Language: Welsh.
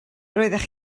roeddech